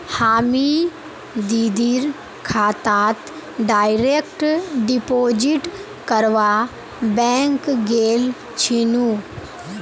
हामी दीदीर खातात डायरेक्ट डिपॉजिट करवा बैंक गेल छिनु